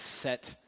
set